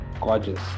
gorgeous